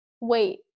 wait